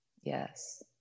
Yes